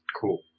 Cool